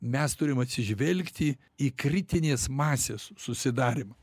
mes turim atsižvelgti į kritinės masės susidarymą